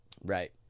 Right